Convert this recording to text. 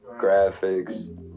graphics